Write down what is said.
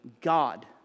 God